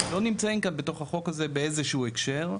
לא נמצאים כאן בתוך החוק הזה באיזשהו הקשר,